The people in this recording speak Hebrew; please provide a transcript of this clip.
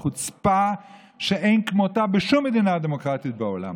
בחוצפה שאין כמותה בשום מדינה דמוקרטית בעולם.